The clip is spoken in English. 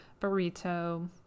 Burrito